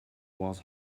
was